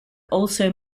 also